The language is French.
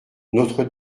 notre